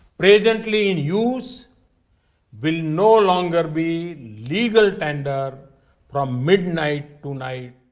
presently in use will no longer be legal tender from midnight tonight.